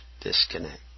disconnect